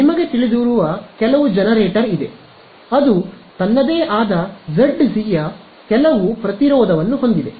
ನಿಮಗೆ ತಿಳಿದಿರುವ ಕೆಲವು ಜನರೇಟರ್ ಇದೆ ಅದು ತನ್ನದೇ ಆದ Zg ಯ ಕೆಲವು ಪ್ರತಿರೋಧವನ್ನು ಹೊಂದಿದೆ